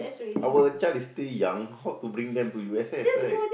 our child is still young how to bring them to U_S_S right